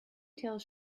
tales